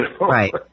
Right